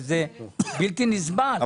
זה בלתי נסבל.